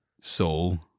soul